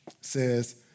says